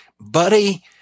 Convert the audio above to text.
buddy